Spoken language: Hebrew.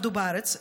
עבדו בארץ,